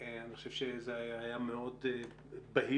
אני חושב שזה היה מאוד בהיר